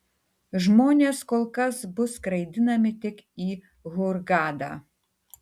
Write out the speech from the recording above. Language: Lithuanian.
žmonės kol kas bus skraidinami tik į hurgadą